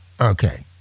Okay